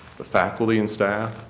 the faculty and staff,